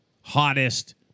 hottest